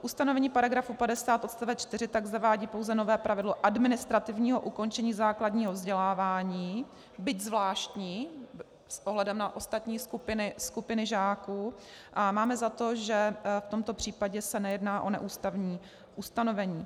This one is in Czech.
Ustanovení § 50 odst. 4 tak zavádí pouze nové pravidlo administrativního ukončení základního vzdělávání, byť zvláštní s ohledem na ostatní skupiny žáků, a máme za to, že v tomto případě se nejedná o neústavní ustanovení.